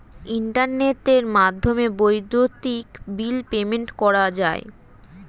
ইন্টারনেটের মাধ্যমে বৈদ্যুতিক বিল পেমেন্ট করা যায়